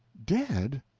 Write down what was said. dead?